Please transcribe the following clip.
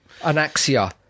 anaxia